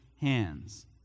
hands